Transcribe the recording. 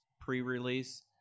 pre-release